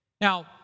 Now